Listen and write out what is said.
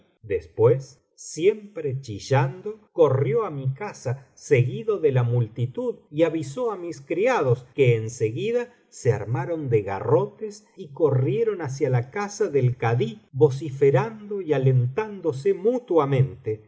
después siempre chillando corrió á mi casa seguido de la multitud y avisó á mis criados que en seguida se armaron de garrotes y corrieron hacia la casa del kadí vociferando y alentándose